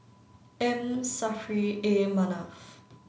M Saffri A Manaf